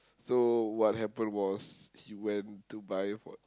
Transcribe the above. so what happen was she went to buy for